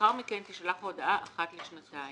לאחר מכן תישלח ההודעה אחת לשנתיים.